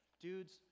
dudes